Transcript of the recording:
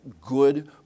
good